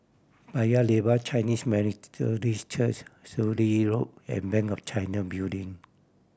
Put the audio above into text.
Paya Lebar Chinese Methodist Church Sturdee Road and Bank of China Building